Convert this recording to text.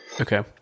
okay